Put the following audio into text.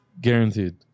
guaranteed